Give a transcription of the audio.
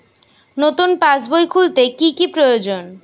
নতুন পাশবই খুলতে কি কি প্রয়োজন?